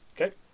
Okay